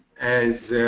as